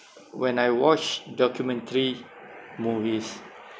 when I watch documentary movies